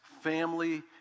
family